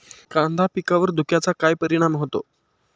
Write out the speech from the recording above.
कांदा पिकावर धुक्याचा काय परिणाम होतो?